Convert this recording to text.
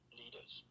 leaders